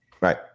Right